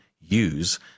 use